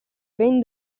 ben